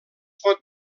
pot